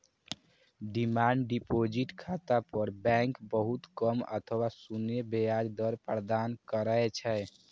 demand deposit खाता पर bank बहुत कम अथवा शून्य ब्याज दर प्रदान करै छै